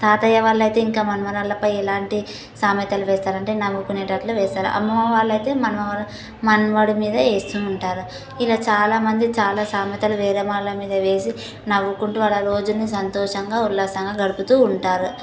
తాతయ్య వాళ్ళైతే ఇంకా మనుమరాలపై ఎలాంటి సామెతలు వేస్తారు అంటే నవ్వుకునేటట్లు వేస్తారు అమ్మమ్మ వాళ్ళు అయితే మనవా మనవడి మీద వేస్తూ ఉంటారు ఇలా చాలామంది చాలా సామెతలు వేదమాల మీద వేసి నవ్వుకుంటూ వాళ్ళ రోజుని సంతోషంగా ఉల్లాసంగా గడుపుతూ ఉంటారు